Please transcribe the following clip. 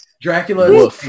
Dracula